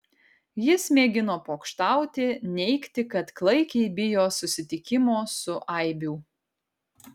jis mėgino pokštauti neigti kad klaikiai bijo susitikimo su aibių